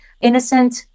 innocent